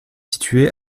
situé